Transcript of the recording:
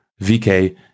vk